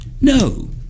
No